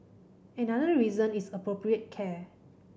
another reason is appropriate care